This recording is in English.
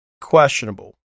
questionable